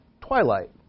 twilight